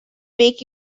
make